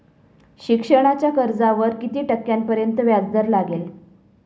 शिक्षणाच्या कर्जावर किती टक्क्यांपर्यंत व्याजदर लागेल?